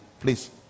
please